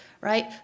right